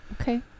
Okay